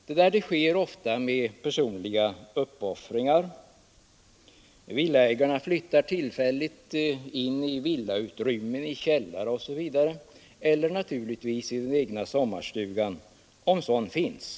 Detta sker ofta genom personliga uppoffringar: villaägare flyttar tillfälligt in i vindsutrymmen, i källare eller naturligtvis ut i den egna sommarstugan, om sådan finns.